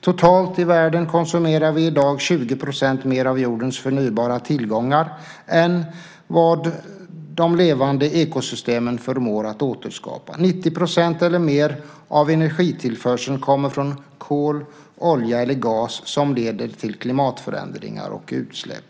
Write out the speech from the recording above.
Totalt i världen konsumerar vi i dag 20 % mer av jordens förnybara tillgångar än vad de levande ekosystemen förmår återskapa. 90 % eller mer av energitillförseln kommer från kol, olja eller gas som leder till klimatförändringar och utsläpp.